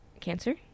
cancer